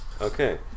okay